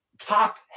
top